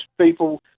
people